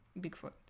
Bigfoot